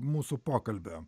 mūsų pokalbio